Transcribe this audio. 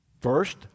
First